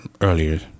earlier